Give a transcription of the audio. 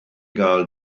gael